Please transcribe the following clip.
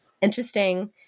interesting